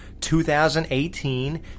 2018